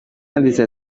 yanditse